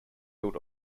built